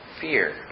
fear